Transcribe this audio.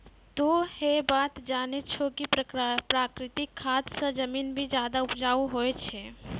तोह है बात जानै छौ कि प्राकृतिक खाद स जमीन भी ज्यादा उपजाऊ होय छै